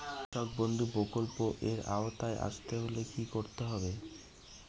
কৃষকবন্ধু প্রকল্প এর আওতায় আসতে হলে কি করতে হবে?